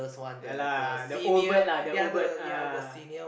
ya lah the old bird lah the old bird ah